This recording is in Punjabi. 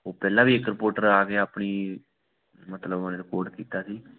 ਉਹ ਪਹਿਲਾਂ ਵੀ ਇੱਕ ਰਿਪੋਟਰ ਆ ਕੇ ਆਪਣੀ ਮਤਲਬ ਉਹਨੇ ਰਿਪੋਰਟ ਕੀਤਾ ਸੀ